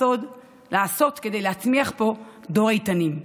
לעשות כדי להצמיח פה דור איתנים.